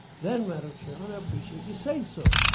then madame chairman, i appreciate you say so.